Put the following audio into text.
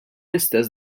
istess